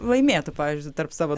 laimėtų pavyzdžiui tarp savo